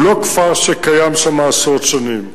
הוא לא כפר שקיים שם עשרות שנים.